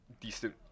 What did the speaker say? decent